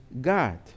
God